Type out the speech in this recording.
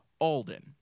Alden